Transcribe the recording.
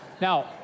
Now